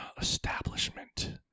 Establishment